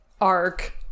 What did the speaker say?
arc